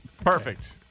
Perfect